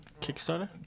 Kickstarter